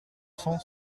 cent